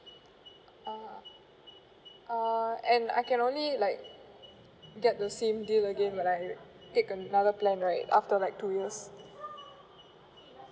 uh uh and I can only like get the same deal again when I take another plan right after like two years